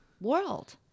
world